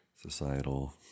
societal